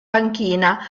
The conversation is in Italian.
panchina